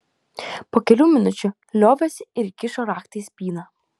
po kelių minučių liovėsi ir įkišo raktą į spyną